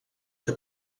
que